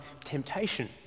temptation